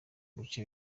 bice